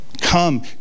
Come